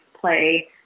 play